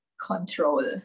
control